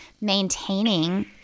maintaining